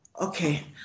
Okay